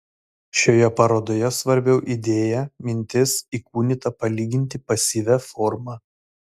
šioje parodoje svarbiau idėja mintis įkūnyta palyginti pasyvia forma